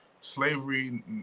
slavery